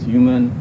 Human